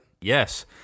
Yes